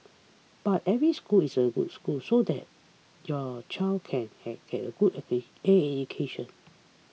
but every school is a good school so that your child can get get a good education